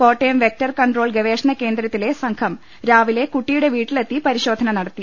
Kottayam vector control ഗവേഷണ കേന്ദ്രത്തിലെ സംഘം രാവിലെ കുട്ടിയുടെ വീട്ടിലെത്തി പരിശോധന നടത്തി